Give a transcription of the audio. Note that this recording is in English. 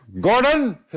Gordon